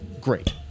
Great